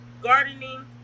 gardening